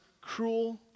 cruel